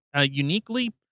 uniquely